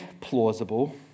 plausible